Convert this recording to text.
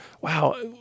wow